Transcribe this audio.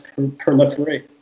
proliferate